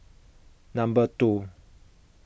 number two